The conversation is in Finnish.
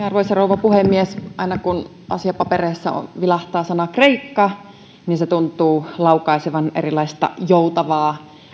arvoisa rouva puhemies aina kun asiapapereissa vilahtaa sana kreikka se tuntuu laukaisevan erilaista joutavaa